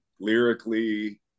lyrically